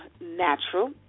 natural